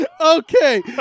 Okay